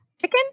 Chicken